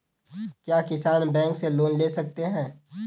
क्या किसान बैंक से लोन ले सकते हैं?